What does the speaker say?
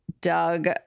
Doug